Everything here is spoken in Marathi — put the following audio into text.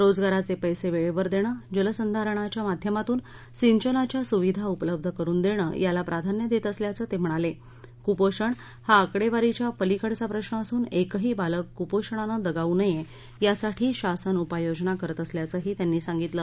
शेजगाराच क्रिविक्तर दक्ष जलसंधारणाच्या माध्यमातून सिंचनाच्या सुविधा उपलब्ध करून दक्षियाला प्राधान्य दहिअसल्याचं तक्रिणालकुपोषण हा आकडत्त्रीच्या पलिकडचा प्रश्न असून क्रिही बालक कुपोषणानं दगावू नयव्रिसाठी शासन उपाययोजना करत असल्याचंही त्यांनी सांगितलं